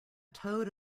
toad